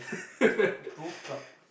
might as well go club